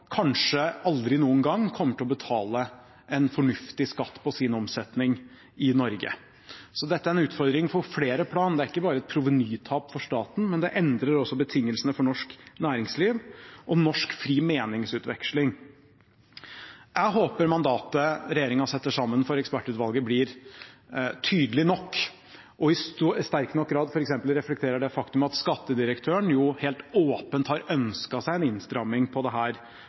kanskje aldri noen gang kommer til å betale en fornuftig skatt på sin omsetning i Norge. Så dette er en utfordring for flere plan; det er ikke bare provenytap for staten, men det endrer også betingelsene for norsk næringsliv og norsk fri meningsutveksling. Jeg håper mandatet regjeringen setter sammen for ekspertutvalget, blir tydelig nok, og i sterk nok grad f.eks. reflekterer det faktum at skattedirektøren jo helt åpent har ønsket seg en innstramming på dette området. Men jeg er ikke overbevist om at det